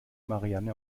marianne